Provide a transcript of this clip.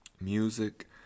Music